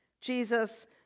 Jesus